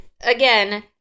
again